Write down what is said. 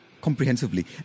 comprehensively